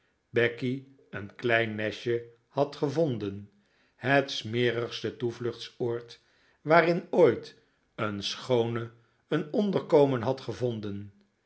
becky een klein nestje had gevonden het smerigste toevluchtsoord waarin ooit een schoone een onderkomen had gevonden